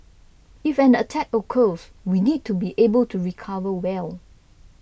if an attack occurs we need to be able to recover well